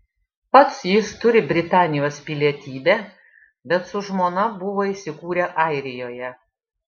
pats jis turi britanijos pilietybę bet su žmona buvo įsikūrę airijoje